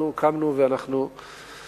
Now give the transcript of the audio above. אנחנו קמנו והתגבשנו,